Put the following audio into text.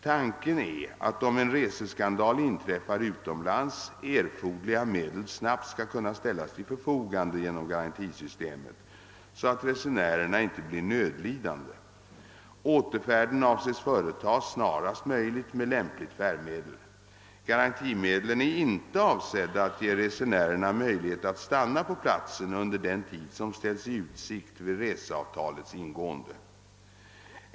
Tanken är att, om en reseskandal inträffar utomlands, erforderliga medel snabbt skall kunna ställas till förfogande genom garantisystemet, så att resenärerna inte blir nödlidande. Återfärden avses företas snarast möjligt med lämpligt färdmedel. Garantimedlen är inte avsedda att ge resenärerna möjlighet att stanna på platsen under den tid som ställts i utsikt vid reseavtalets ingående.